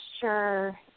sure